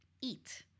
eat